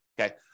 okay